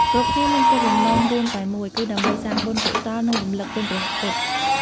គ្រប់គ្នាមានគោលបំណងរួមតែមួយ គឺដើម្បីសាងបុណ្យកុសល និងរំលឹកគុណព្រះពុទ្ធ។